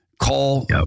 Call